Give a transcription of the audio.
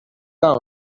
down